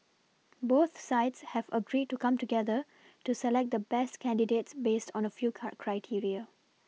both sides have agreed to come together to select the best candidates based on a few cur criteria